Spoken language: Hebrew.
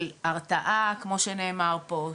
של הרתעה, כמו שנאמר פה.